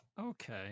okay